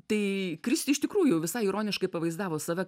tai kristi iš tikrųjų visai ironiškai pavaizdavo save